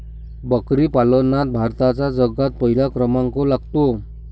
बकरी पालनात भारताचा जगात पहिला क्रमांक लागतो